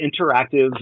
interactive